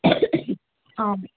ꯑꯪ